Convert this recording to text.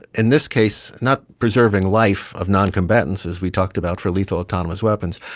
in this case, not preserving life of noncombatants, as we talked about for lethal autonomous weapons,